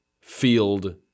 field